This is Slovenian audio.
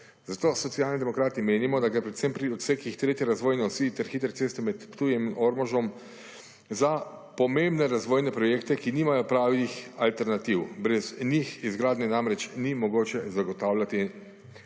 zato Socialni demokrati menimo, da gre predvsem pri odsekih tretje razvojne osi ter hitre ceste med Ptujem in Ormožem za pomembne razvojne projekte, ki nimajo pravih alternativ. Brez njih izgradnje namreč ni mogoče zagotavljati